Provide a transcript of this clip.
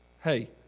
Hey